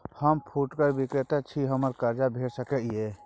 हम फुटकर विक्रेता छी, हमरा कर्ज भेट सकै ये?